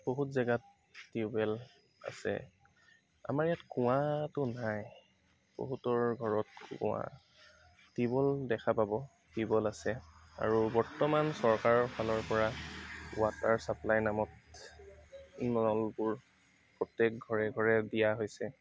বহুত জেগাত টিউবৱেল আছে আমাৰ ইয়াত কুঁৱাটো নাই বহুতৰ ঘৰত কুঁৱা টিউবৱেল দেখা পাব টিউবৱেল আছে আৰু বৰ্তমান চৰকাৰৰ ফালৰ পৰা ৱাটাৰ ছাপ্লাই নামত প্ৰত্যেক ঘৰে ঘৰে দিয়া হৈছে